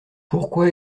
pourquoi